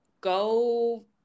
go